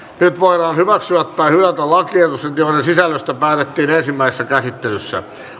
nyt voidaan hyväksyä tai hylätä lakiehdotukset joiden sisällöstä päätettiin ensimmäisessä käsittelyssä